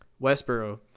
Westboro